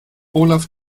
olaf